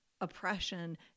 oppression